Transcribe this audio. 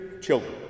children